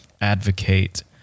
advocate